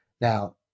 Now